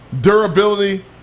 durability